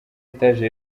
etage